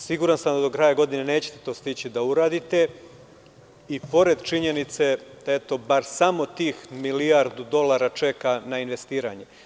Siguran sam da do kraja godine nećete stići to da uradite i pored činjenice da eto bar tih milijardu dolara čeka na investiranje.